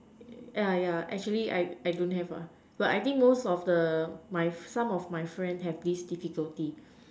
ya ya actually I I don't have ah but I think most the my some of my friends have this difficulty